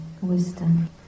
wisdom